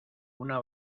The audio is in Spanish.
una